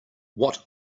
what